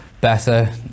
better